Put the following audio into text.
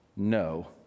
No